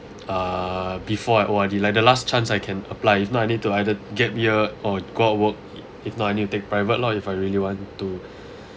err before I O_R_D like the last chance I can apply if not I need to either gap year or go out work if not I need to take private lor if I really want to